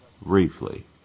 briefly